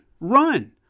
Run